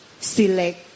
select